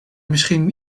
misschien